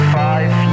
five